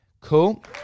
Cool